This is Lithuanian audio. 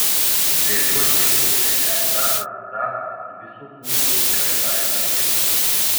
gręžiuosi eiti prie etano pikapo ir visu kūnu į kažką atsitrenkiu